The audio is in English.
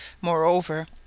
Moreover